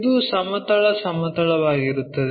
ಇದು ಸಮತಲ ಸಮತಲವಾಗಿರುತ್ತದೆ